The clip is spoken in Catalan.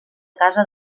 casa